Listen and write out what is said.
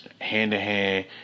hand-to-hand